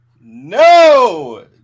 No